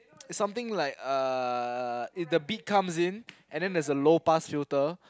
it's something like uh the beat comes in and then there's a low pass filter